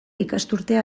ikasturtea